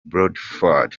bradford